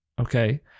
okay